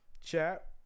chat